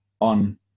on